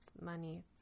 money